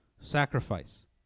sacrifice